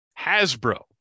Hasbro